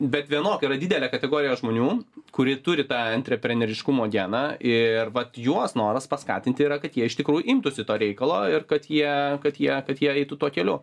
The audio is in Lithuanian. bet vienok yra didelė kategorija žmonių kurie turi tą antrepreneriškumo diena ir vat juos noras paskatinti yra kad jie iš tikrųjų imtųsi to reikalo ir kad jie kad jie kad jie eitų tuo keliu